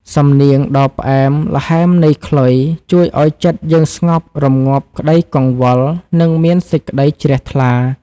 សំនៀងដ៏ផ្អែមល្ហែមនៃខ្លុយ ជួយឱ្យចិត្តយើងស្ងប់ រម្ងាប់ក្ដីកង្វល់ និងមានសេចក្ដីជ្រះថ្លា។